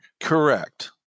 Correct